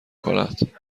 کند